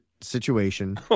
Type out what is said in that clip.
situation